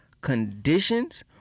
conditions